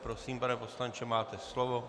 Prosím, pane poslanče, máte slovo.